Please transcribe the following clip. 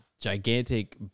gigantic